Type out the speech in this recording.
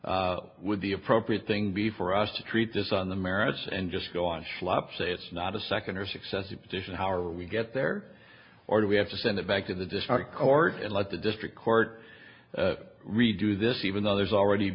the appropriate thing before us to treat this on the merits and just go on schlub say it's not a second or successive position how are we get there or do we have to send it back to the district court and let the district court redo this even though there's already